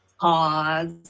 Pause